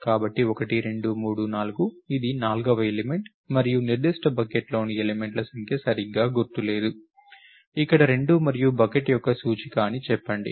కాబట్టి 1 2 3 4 ఇది నాల్గవ ఎలిమెంట్ మరియు నిర్దిష్ట బకెట్లోని ఎలిమెంట్ల సంఖ్య సరిగ్గా గుర్తులేదు ఇక్కడ 2 మరియు బకెట్ యొక్క సూచిక అని చెప్పండి